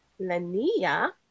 Lania